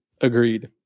Agreed